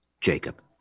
Jacob